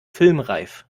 filmreif